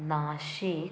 Nashik